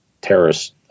terrorists